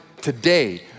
today